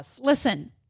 listen